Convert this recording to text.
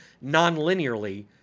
non-linearly